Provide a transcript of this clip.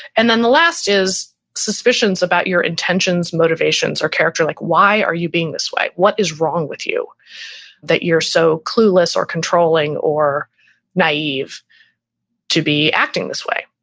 and then the last is suspicions about your intentions, motivations or character. like why are you being this way? what is wrong with you that you're so clueless or controlling or naive to be acting this way.